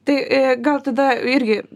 tai i gal tada irgi